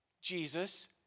Jesus